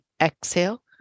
exhale